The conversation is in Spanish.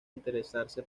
interesarse